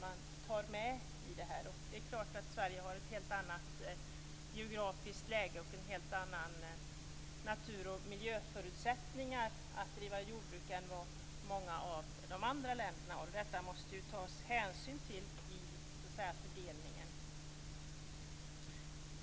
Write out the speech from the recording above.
Sverige har ju ett helt annat geografiskt läge och helt andra natur och miljöförutsättningar att driva jordbruk än vad många av de andra länderna har, och detta måste det tas hänsyn till i fördelningen.